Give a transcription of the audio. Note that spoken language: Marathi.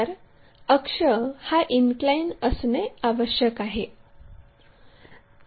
तर अक्ष हा इनक्लाइन असणे आवश्यक आहे